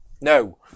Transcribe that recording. No